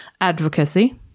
advocacy